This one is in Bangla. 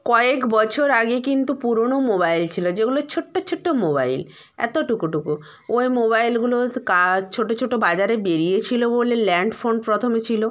কয়েক বছর আগে কিন্তু পুরনো মোবাইল ছিল যেগুলো ছোটো ছোটো মোবাইল এত টুকু টুকু ওই মোবাইলগুলো কাজ ছোটো ছোটো বাজারে বেরিয়েছিল বলে ল্যান্ড ফোন প্রথমে ছিল